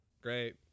Great